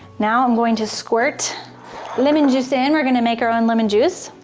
now! i'm going to squirt lemon juice in we're gonna make our own lemon juice,